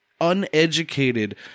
uneducated